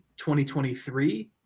2023